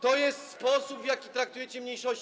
To jest sposób, w jaki traktujecie mniejszości.